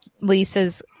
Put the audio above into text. Lisa's